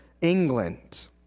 England